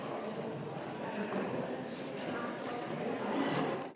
Hvala